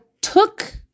took